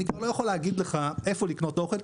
אני כבר לא יכול להגיד לך איפה לקנות אוכל,